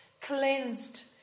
Cleansed